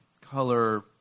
color